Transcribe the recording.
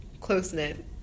close-knit